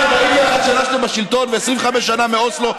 אחרי 41 שנה שאתם בשלטון ו-25 שנה מאוסלו,